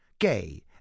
gay